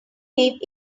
leave